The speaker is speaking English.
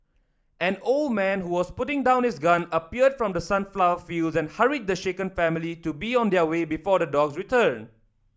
an old man who was putting down his gun appeared from the sunflower fields and hurried the shaken family to be on their way before the dogs return